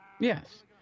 Yes